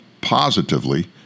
positively